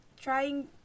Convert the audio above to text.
trying